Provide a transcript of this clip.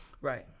Right